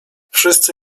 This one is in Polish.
wszyscy